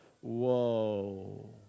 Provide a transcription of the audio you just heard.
whoa